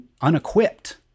unequipped